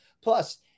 Plus